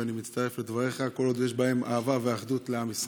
ואני מצטרף לדבריך כל עוד יש בהם אהבה ואחדות לעם ישראל.